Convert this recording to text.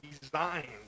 designed